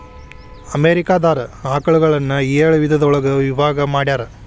America ದಾರ ಆಕಳುಗಳನ್ನ ಏಳ ವಿಧದೊಳಗ ವಿಭಾಗಾ ಮಾಡ್ಯಾರ